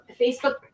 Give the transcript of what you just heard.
Facebook